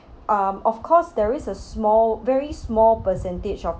um of course there is a small very small percentage of